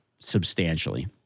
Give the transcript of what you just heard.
substantially